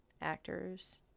actors